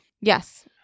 Yes